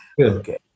Okay